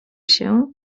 się